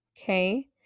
okay